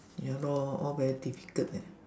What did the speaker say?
ya lor all very difficult leh